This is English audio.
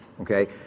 okay